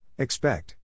Expect